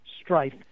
strife